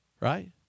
right